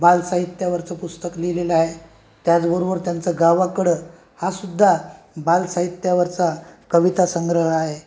बालसाहित्यावरचं पुस्तक लिहिलेलं आहे त्याचबरोबर त्यांचं गावाकडं हासुद्धा बालसाहित्यावरचा कवितासंग्रह आहे